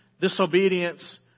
disobedience